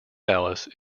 alice